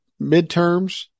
midterms